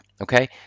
Okay